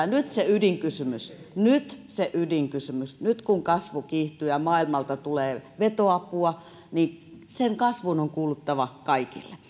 nyt se ydinkysymys nyt se ydinkysymys nyt kun kasvu kiihtyy ja ja maailmalta tulee vetoapua niin sen kasvun on kuuluttava kaikille